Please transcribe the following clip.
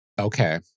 Okay